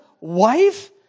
wife